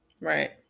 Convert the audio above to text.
right